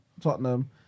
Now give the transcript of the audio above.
Tottenham